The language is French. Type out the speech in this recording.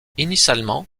initialement